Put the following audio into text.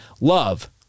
Love